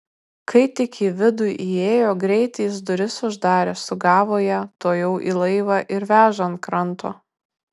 kai tik į vidų įėjo greit jis duris uždarė sugavo ją tuojau į laivą ir veža ant kranto